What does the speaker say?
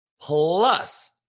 Plus